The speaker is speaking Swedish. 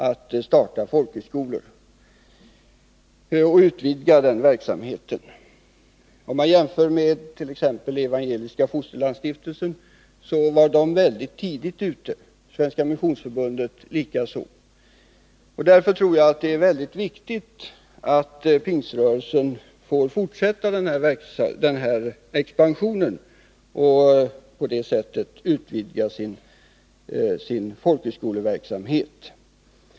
En jämförelse med Evangeliska fosterlandsstiftelsen t.ex. visar att man där mycket tidigt var ute med sådan verksamhet. Detsamma gäller Svenska missionsförbundet. Därför tror jag att det är väldigt viktigt att Pingströrelsen får fortsätta denna expansion och utvidga sin folkhögskoleverksamhet.